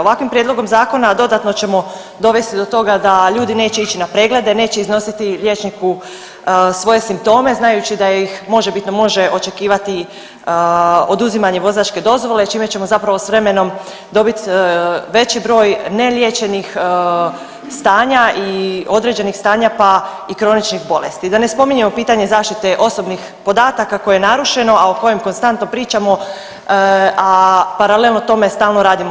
Ovakvim prijedlogom zakona dodatno ćemo dovesti do toga da ljudi neće ić na preglede, neće iznositi liječniku svoje simptome znajući da ih možebitno može očekivati oduzimanje vozačke dozvole čime ćemo zapravo s vremenom dobit veći broj neliječenih stanja i određenih stanja, pa i kroničnih bolesti, da ne spominjemo pitanje zaštite osobnih podataka koje je narušeno, a kojem konstantno pričamo, a paralelno tome stalno radimo